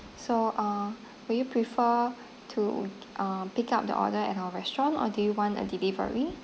so uh will you prefer to uh pick up the order at our restaurant or do you want a delivery